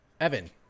Evan